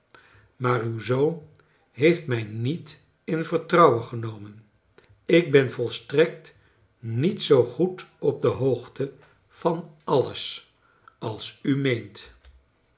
maar uw zoon heeft mij niet in vertrouwen genomen ik ben volstrekt niet zoo goed op de hoogte van alles als u